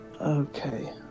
Okay